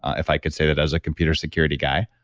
if i could say that as a computer security guy